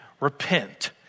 repent